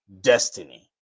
destiny